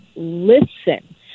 listen